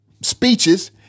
speeches